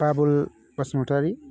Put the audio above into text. Babul Basumatary